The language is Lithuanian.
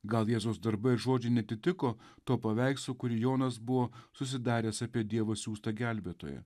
gal jėzaus darbai ir žodžiai neatitiko to paveikslo kurį jonas buvo susidaręs apie dievo siųstą gelbėtoją